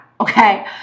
okay